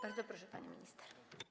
Bardzo proszę, pani minister.